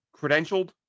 credentialed